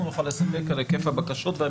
אנחנו נוכל לספק על היקף הבקשות.